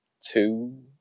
two